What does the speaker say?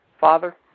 Father